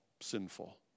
sinful